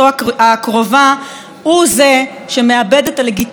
הוא שמאבד את הלגיטימיות של השלטון שלו,